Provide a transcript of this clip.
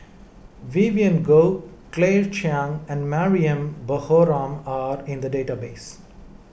Vivien Goh Claire Chiang and Mariam Baharom are in the database